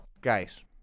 Guys